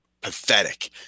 pathetic